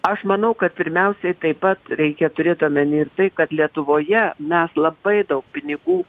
aš manau kad pirmiausiai taip pat reikia turėt omeny tai kad lietuvoje mes labai daug pinigų